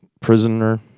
prisoner